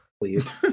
please